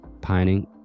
pining